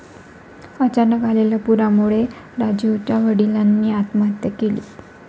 अचानक आलेल्या पुरामुळे राजीवच्या वडिलांनी आत्महत्या केली